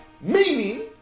meaning